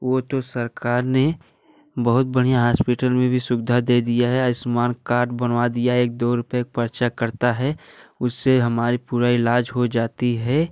वो तो सरकार ने बहुत बढ़िया हॉस्पिटल में भी सुविधा दे दिया है आयुष्मान कार्ड बनवा दिया एक दो रुपये का पर्चा कटता है उससे हमारा पूरा इलाज हो जाता है